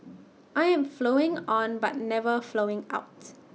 I am flowing on but never flowing out